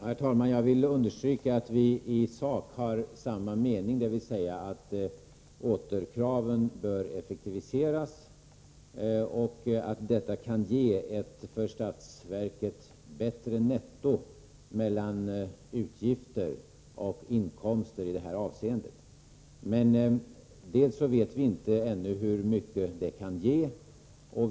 Herr talman! Jag vill understryka att vi i sak har samma mening, dvs. att återkraven bör effektiviseras och att detta kan ge ett för statsverket bättre netto när det gäller utgifter och inkomster i det här avseendet. Men vi vet ännu inte hur mycket detta kan ge.